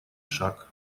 шаг